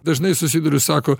dažnai susiduriu sako